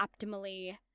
optimally